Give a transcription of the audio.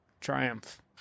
triumph